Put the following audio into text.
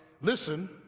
listen